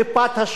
כאשר